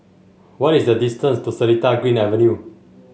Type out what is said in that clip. what is the distance to Seletar Green Avenue